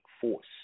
force